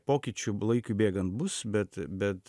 pokyčių laikui bėgant bus bet bet